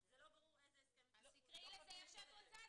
זה לא ברור איזה הסכם התקשרות --- אז תקראי לזה איך שאת רוצה.